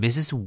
Mrs